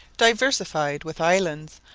diversified with islands,